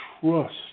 trust